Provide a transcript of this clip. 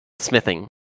smithing